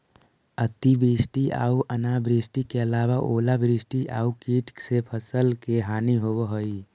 अतिवृष्टि आऊ अनावृष्टि के अलावा ओलावृष्टि आउ कीट से फसल के हानि होवऽ हइ